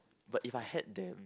but if I had them